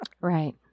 Right